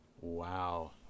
Wow